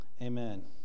Amen